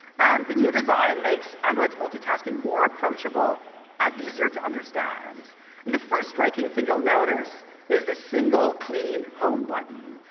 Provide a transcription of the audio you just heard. and the new design makes android's multitasking more approachable and easier to understand. and the first striking thing you'll notice is the single, clean home button.